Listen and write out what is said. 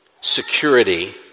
security